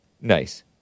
Nice